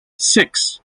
six